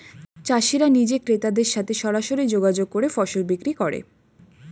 চাষিরা নিজে ক্রেতাদের সাথে সরাসরি যোগাযোগ করে ফসল বিক্রি করে